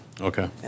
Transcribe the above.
Okay